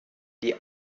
die